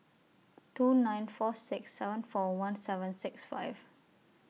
two nine four six seven four one seven six five